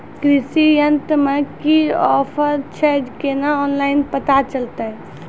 कृषि यंत्र मे की ऑफर छै केना ऑनलाइन पता चलतै?